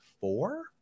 four